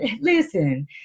listen